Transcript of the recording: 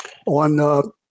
on